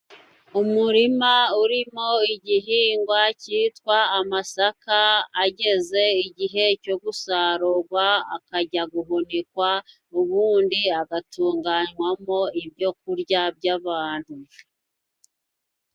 Umurima urimo igihingwa cyitwa amasaka ageze igihe cyo gusarurwa, akajya guhunikwa ubundi agatunganywamo ibyo kurya by'abantu.